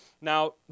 Now